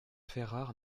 ferrare